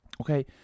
Okay